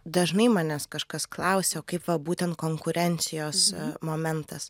dažnai manęs kažkas klausia kaip va būtent konkurencijos momentas